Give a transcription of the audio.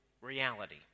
reality